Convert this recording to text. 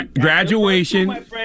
graduation